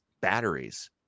batteries